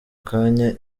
kanya